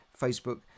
facebook